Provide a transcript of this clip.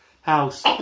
house